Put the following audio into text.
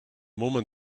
woman